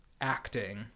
acting